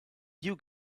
you